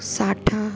साटा